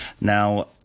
now